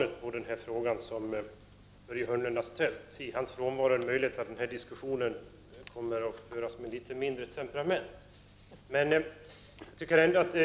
Då Börje Hörnlund, som framställt frågan. anmält att han var förhindrad att närvara vid sammanträdet, medgav tredje vice talmannen att Göran Engström i stället fick delta i överläggningen.